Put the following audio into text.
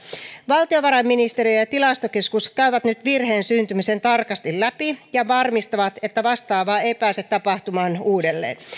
valtiovarainministeriö ja ja tilastokeskus käyvät nyt virheen syntymisen tarkasti läpi ja varmistavat että vastaavaa ei pääse tapahtumaan uudelleen